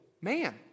man